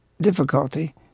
difficulty